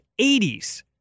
80s